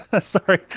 Sorry